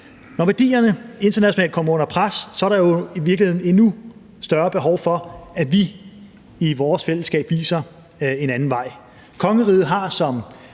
Når værdierne internationalt kommer under pres, er der jo i virkeligheden endnu større behov for, at vi i vores fællesskab viser en anden vej. Kongeriget har som